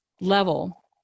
level